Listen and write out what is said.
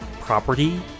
property